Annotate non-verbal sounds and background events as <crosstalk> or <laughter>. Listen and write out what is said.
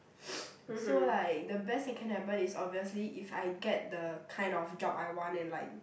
<noise> so like the best that can happen is obviously if I get the kind of job I want and like